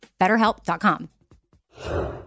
BetterHelp.com